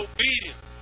Obedient